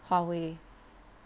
huawei